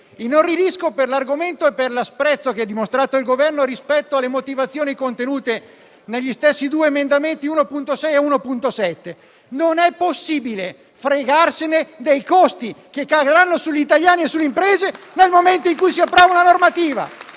Inorridisco per l'argomento e per l'asprezza che ha dimostrato il Governo rispetto alle motivazioni sottese agli emendamenti 1.6 e 1.7. Non è possibile fregarsene dei costi che caleranno sugli italiani e sulle imprese nel momento in cui si approva una normativa.